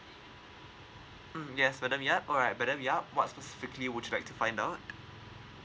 mm yes madam yap alright but madam yap what specifically would you like to find out